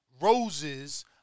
roses